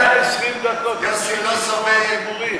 20 דקות, כשנהנים הזמן עובר מהר.